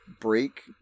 break